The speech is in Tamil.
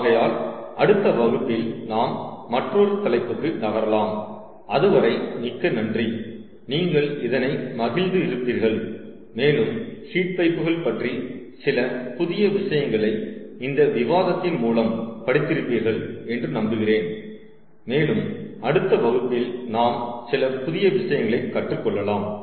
ஆகையால் அடுத்த வகுப்பில் நாம் மற்றொரு தலைப்புக்கு நகரலாம் அதுவரை மிக்க நன்றி நீங்கள் இதனை மகிழ்ந்து இருப்பீர்கள் மேலும் ஹீட் பைப்புகள் பற்றி சில புதிய விஷயங்களை இந்த விவாதத்தின் மூலம் படித்திருப்பீர்கள் என்று நம்புகிறேன் மேலும் அடுத்த வகுப்பில் நாம் சில புதிய விஷயங்களை கற்றுக் கொள்ளலாம்